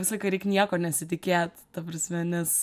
visą laiką reik nieko nesitikėt ta prasme nes